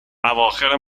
اواخر